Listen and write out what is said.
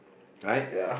right